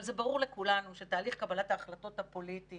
אבל זה ברור לכולנו שתהליך קבלת ההחלטות הפוליטי